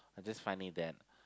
I just find it that